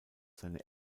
seine